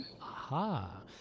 Aha